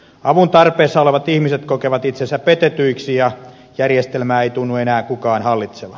avun tarpeessa olevat ihmiset kokevat itsensä petetyiksi ja järjestelmää ei tunnu enää kukaan hallitsevan